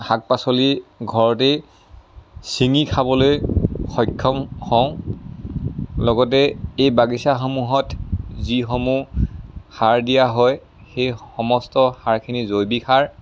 শাক পাচলি ঘৰতেই চিঙি খাবলৈ সক্ষম হওঁ লগতে এই বাগিচাসমূহত যিসমূহ সাৰ দিয়া হয় সেই সমস্ত সাৰখিনি জৈৱিক সাৰ